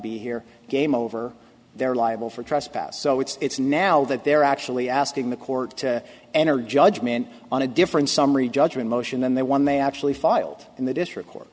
be here game over they're liable for trespass so it's now that they're actually asking the court to enter judgment on a different summary judgment motion then they won they actually filed in the district court